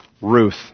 Ruth